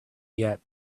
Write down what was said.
yet